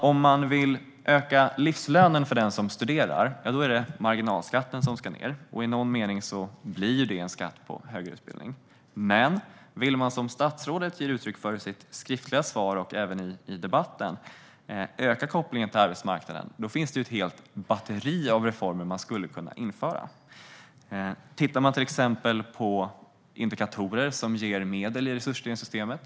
Om man vill öka livslönen för den som studerar är det marginalskatten som ska ned. I någon mening blir det en skatt på högre utbildning. Men vill man, som statsrådet ger uttryck för i sitt skriftliga svar och även i debatten, öka kopplingen till arbetsmarknaden finns det ett helt batteri av reformer som man skulle kunna införa. Man kan till exempel titta på indikatorer för vad som ger medel i resurstilldelningssystemet.